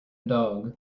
dog